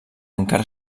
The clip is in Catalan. encara